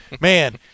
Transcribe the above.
man